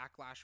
backlash